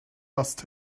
must